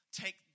take